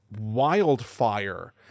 wildfire